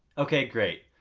okay great,